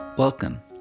Welcome